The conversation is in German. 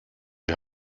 die